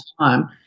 time